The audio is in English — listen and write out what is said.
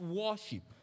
worship